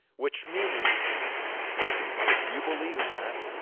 which means if you believe in that,